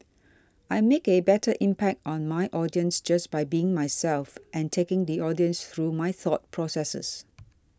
I make a better impact on my audience just by being myself and taking the audience through my thought processes